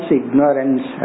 ignorance